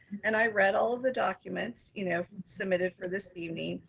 and i read all of the documents, you know submitted for this evening.